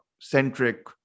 centric